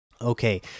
Okay